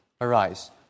Arise